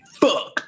fuck